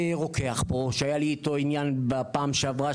שהיה לי עניין איתו בפעם שעברה,